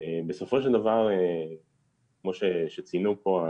בסופו של דבר כמו שציינו פה,